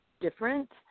different